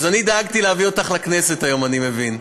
אז אני דאגתי להביא אותך לכנסת היום, אני מבין.